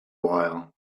while